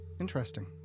interesting